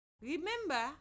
Remember